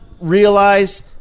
realize